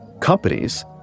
companies